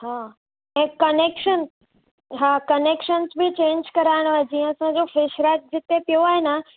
हा ऐं कनेक्शन हा कनेक्शन्स बि चेंज कराइणो आहे जीअं असांजो प्रेशराइज जिते पियो आहे न